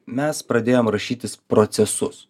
mes pradėjom rašytis procesus